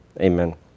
amen